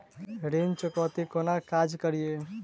ऋण चुकौती कोना काज करे ये?